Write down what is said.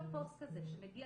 כל פוסט כזה שמגיע